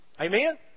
Amen